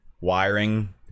wiring